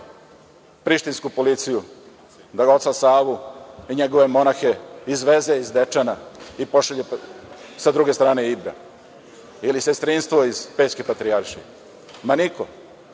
prištinsku policiju da oca Savu i njegove monahe izveze iz Dečana i pošalje sa druge strane Ibra ili sestrinstvo iz Pećke patrijaršije? Ma, niko.